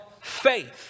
faith